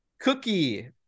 Cookie